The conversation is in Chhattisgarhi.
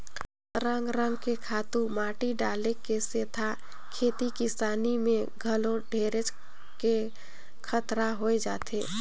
रंग रंग के खातू माटी डाले के सेथा खेती किसानी में घलो ढेरेच के खतरा होय जाथे